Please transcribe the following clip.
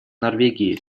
норвегии